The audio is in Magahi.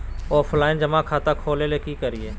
ऑफलाइन जमा खाता खोले ले की करिए?